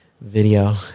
video